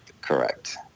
Correct